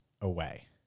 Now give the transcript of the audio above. away